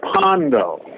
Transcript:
Pondo